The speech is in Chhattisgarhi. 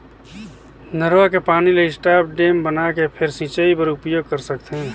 नरूवा के पानी ल स्टॉप डेम बनाके फेर सिंचई बर उपयोग कर सकथे